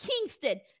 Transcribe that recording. Kingston